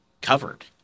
covered